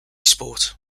sport